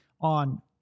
on